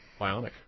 bionic